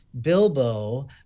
bilbo